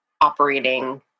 operating